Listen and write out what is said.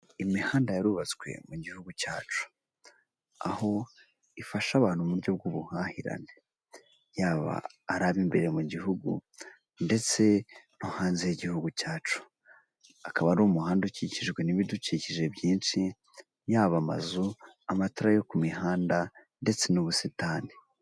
Imihanda yarubatswe mu gihugu cyacu, aho ifasha abantu mu buryo bw'ubuhahirane. yaba ari abo imbere mu gihugu ndetse no hanze y'igihugu cyacu, akaba ari umuhanda ukikijwe n'ibidukikije byinshi yaba amazu amatara yo ku mihanda ndetse n'ubusitani.